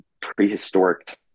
prehistoric